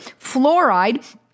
fluoride